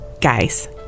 guys